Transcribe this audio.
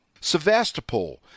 Sevastopol